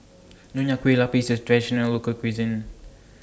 Nonya Kueh Lapis IS Traditional Local Cuisine